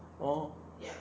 orh